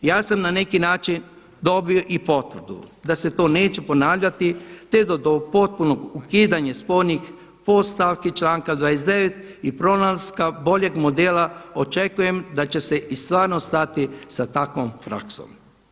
Ja sam na neki način dobio i potvrdu da se to neće ponavljati te do potpunog ukidanja spornih podstavki članka 29 i pronalaska boljeg modela očekujem da će se i stvarno stati sa takvom praksom.